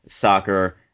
soccer